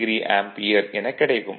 8° ampere எனக் கிடைக்கும்